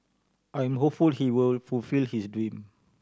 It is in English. I am hopeful he will fulfil his dream